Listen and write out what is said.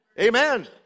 Amen